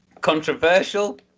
Controversial